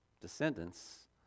descendants